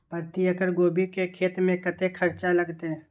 प्रति एकड़ गोभी के खेत में कतेक खर्चा लगते?